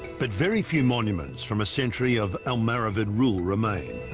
but very few monuments from a century of almoravid rule remain.